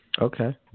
Okay